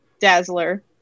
Dazzler